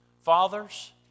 Fathers